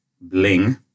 bling